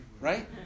right